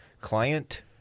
Client